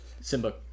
Simba